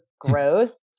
gross